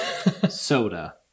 Soda